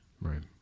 Right